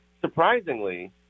surprisingly